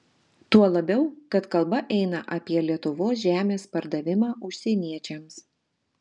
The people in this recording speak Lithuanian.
tuo labiau kad kalba eina apie lietuvos žemės pardavimą užsieniečiams